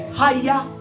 higher